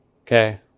okay